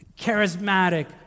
charismatic